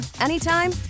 anytime